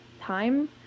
time